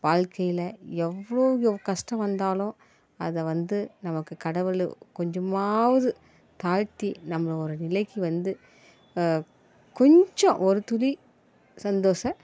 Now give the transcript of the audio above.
வாழ்க்கையில் எவ்வளோ கஷ்டம் வந்தாலும் அதை வந்து நமக்கு கடவுள் கொஞ்சமாவது தாழ்த்தி நம்மளை ஒரு நிலைக்கு வந்து கொஞ்சம் ஒரு துளி சந்தோசம்